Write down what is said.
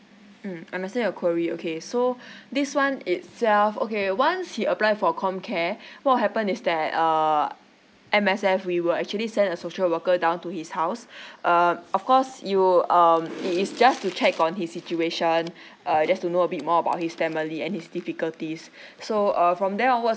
mm understand your query okay so this one itself okay once he apply for comcare what happen is that uh M_S_F we would actually send a social worker down to his house um of course you um it is just to check on his situation err just to know a bit more about his family and his difficulties so uh from there onwards